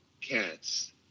cats